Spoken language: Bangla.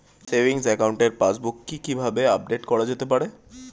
সেভিংস একাউন্টের পাসবুক কি কিভাবে আপডেট করা যেতে পারে?